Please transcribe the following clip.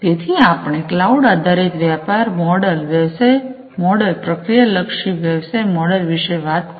તેથી આપણે ક્લાઉડ આધારિત વ્યાપાર મોડેલ સેવાલક્ષી વ્યવસાય મોડેલપ્રક્રિયાલક્ષી વ્યવસાય મોડેલ વિશે વાત કરી